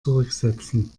zurücksetzen